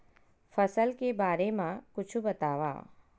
फसल के बारे मा कुछु बतावव